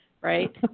right